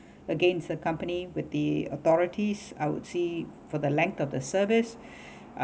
against the company with the authorities I would see for the length of the service uh